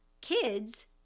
kids